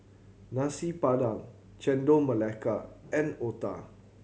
Nasi Padang Chendol Melaka and Otah